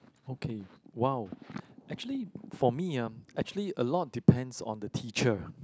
okay !wow! actually for me ah actually a lot depends on the teacher